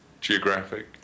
geographic